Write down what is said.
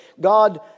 God